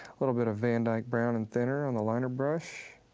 little bit of van dyke brown and thinner on the liner brush.